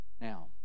Now